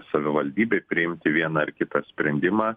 savivaldybei priimti vieną ar kitą sprendimą